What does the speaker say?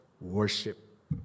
worship